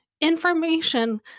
information